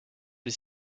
les